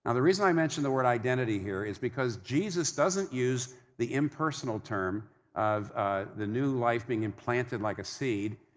ah the reason i mention the word identity here is because jesus doesn't use the impersonal term of the new life being implanted like a seed,